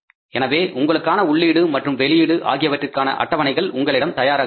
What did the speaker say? எனவே உங்களுக்கான உள்ளீடு மற்றும் வெளியீடு ஆகியவற்றிற்கான அட்டவணைகள் உங்களிடம் தயாராக உள்ளன